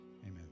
Amen